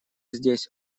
здесь